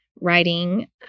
writing